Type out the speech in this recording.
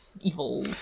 evil